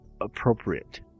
appropriate